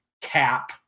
cap